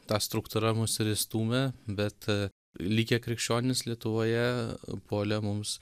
ta struktūra mus ir įstūmė bet likę krikščionys lietuvoje puolė mums